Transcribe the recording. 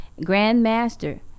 Grandmaster